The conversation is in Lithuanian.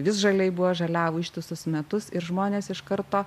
visžaliai buvo žaliavo ištisus metus ir žmonės iš karto